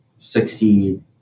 succeed